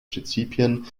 prinzipien